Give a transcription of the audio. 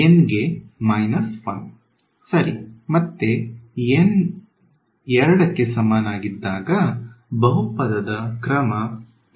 N ಗೆ minus 1 ಸರಿ ಮತ್ತೆ N ಗೆ 2 ಕ್ಕೆ ಸಮನಾಗಿದ್ದಾಗ ಬಹುಪದದ ಕ್ರಮ ಯಾವುದು